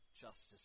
justice